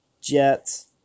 Jets